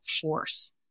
force